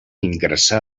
ingressà